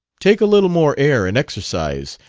take a little more air and exercise,